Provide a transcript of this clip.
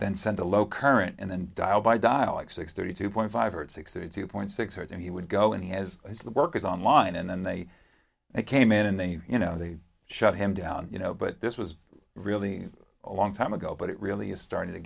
then send a low current and then dial by donna like six thirty two point five hundred sixty two point six hours and he would go and he has the workers on line and then they came in and they you know they shot him down you know but this was really a long time ago but it really is starting to